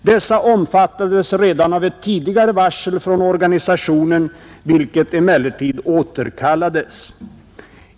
Dessa omfattades redan av ett tidigare varsel från organisationen, vilket emellertid återkallades.